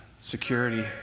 security